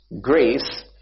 Grace